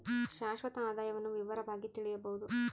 ಶಾಶ್ವತ ಆದಾಯವನ್ನು ವಿವರವಾಗಿ ತಿಳಿಯಬೊದು